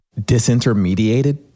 disintermediated